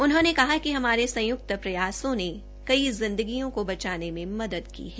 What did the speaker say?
उन्होंने कहा कि हमारे संय्क्त प्रयासों ने कई जिंदगियों को बचाने मे मदद की है